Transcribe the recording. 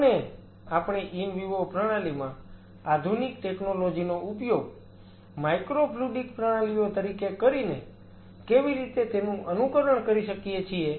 અને આપણે in vivo પ્રણાલીમાં આધુનિક ટેકનોલોજી નો ઉપયોગ માઈક્રોફ્લુઈડિક પ્રણાલીઓ તરીકે કરીને કેવી રીતે તેનું અનુકરણ કરી શકીએ છીએ